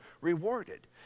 rewarded